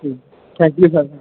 ਠੀਕ thank you sir